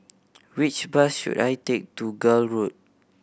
which bus should I take to Gul Road